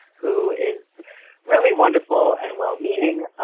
who is really wonderful and well-meaning,